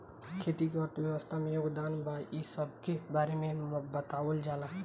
खेती के अर्थव्यवस्था में योगदान बा इ सबके बारे में बतावल जाला